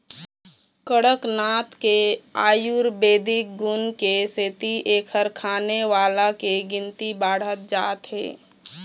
कड़कनाथ के आयुरबेदिक गुन के सेती एखर खाने वाला के गिनती बाढ़त जात हे